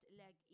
leg